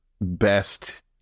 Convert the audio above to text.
best